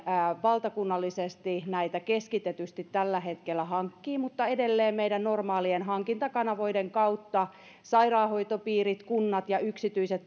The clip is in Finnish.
valtakunnallisesti näitä keskitetysti tällä hetkellä hankkii mutta edelleen meidän normaalien hankintakanavien kautta sairaanhoitopiirit kunnat ja yksityiset